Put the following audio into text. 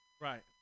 Right